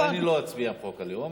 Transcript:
גם אני לא אצביע על חוק הלאום.